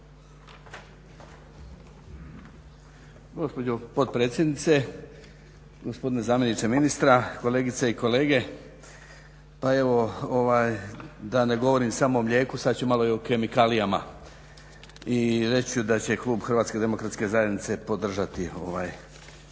gospodine zamjeniče ministra, kolegice i kolege. Pa evo da ne govorim samo o mlijeku, sada ću malo i o kemikalijama i reći ću da će Klub Hrvatske demokratske zajednice podržati ovaj